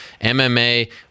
MMA